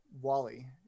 Wally